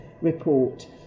report